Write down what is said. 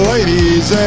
Ladies